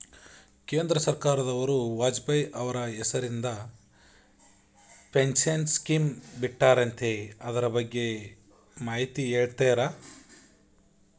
ಕೇಂದ್ರ ಸರ್ಕಾರದವರು ವಾಜಪೇಯಿ ಅವರ ಹೆಸರಿಂದ ಪೆನ್ಶನ್ ಸ್ಕೇಮ್ ಬಿಟ್ಟಾರಂತೆ ಅದರ ಬಗ್ಗೆ ಮಾಹಿತಿ ಹೇಳ್ತೇರಾ?